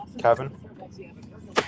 Kevin